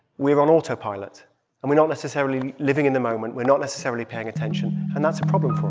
we're on autopilot and we're not necessarily living in the moment. we're not necessarily paying attention. and that's a problem